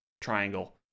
triangle